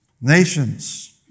Nations